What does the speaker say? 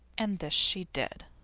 and this she did.